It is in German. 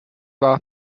war